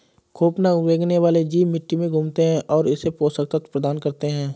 खौफनाक रेंगने वाले जीव मिट्टी में घूमते है और इसे पोषक तत्व प्रदान करते है